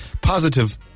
positive